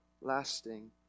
lasting